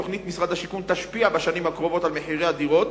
תוכנית משרד השיכון תשפיע בשנים הקרובות על מחירי הדירות